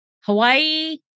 Hawaii